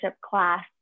class